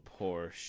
porsche